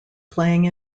playing